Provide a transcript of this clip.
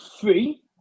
three